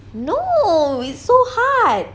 no it's so hard